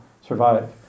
survive